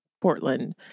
Portland